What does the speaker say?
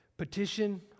Petition